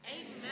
Amen